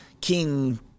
King